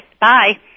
Bye